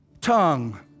tongue